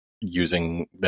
using